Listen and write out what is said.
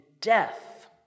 death